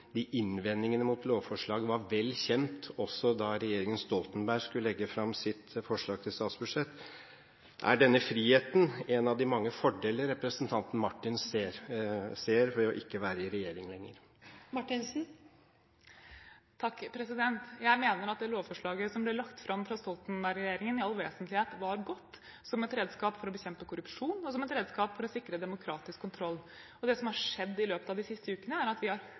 de tre tidligere regjeringspartiene ikke bare endret posisjon til å være med på det, men ytterligere kommet med et skjerpet forslag. Mitt spørsmål er: Siden innvendingene mot lovforslaget var vel kjent også da regjeringen Stoltenberg skulle legge fram sitt forslag til statsbudsjett, er denne friheten en av de mange fordeler representanten Marthinsen ser ved ikke å være i regjering lenger? Jeg mener at det lovforslaget som ble lagt fram av Stoltenberg-regjeringen, i det alt vesentlige var godt, som et redskap for å bekjempe korrupsjon, og som et redskap for å sikre demokratisk kontroll. Det som har skjedd